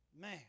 Man